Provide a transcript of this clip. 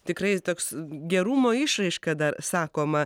tikrai toks gerumo išraiška dar sakoma